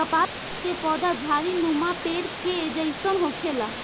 कपास के पौधा झण्डीनुमा पेड़ के जइसन होखेला